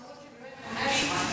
למרות שבאמת הוא ענה לי,